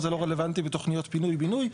זה לא רלוונטי בתוכניות פינוי-בינוי.